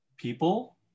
people